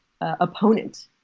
opponent